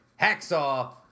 hacksaw